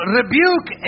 rebuke